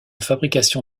fabrication